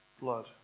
blood